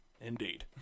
Indeed